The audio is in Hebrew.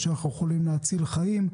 ושאנחנו יכולים להציל חיים.